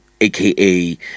AKA